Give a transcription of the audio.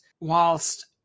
whilst